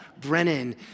Brennan